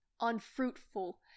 unfruitful